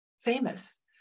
famous